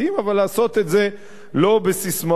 אבל לעשות את זה לא בססמאות,